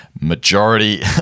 majority